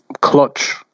clutch